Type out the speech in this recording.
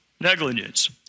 Negligence